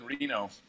Reno